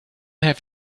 have